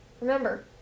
Remember